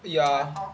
ya